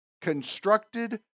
constructed